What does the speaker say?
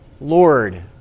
Lord